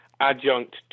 adjunct